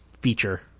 feature